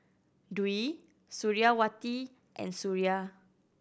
Dwi Suriawati and Suria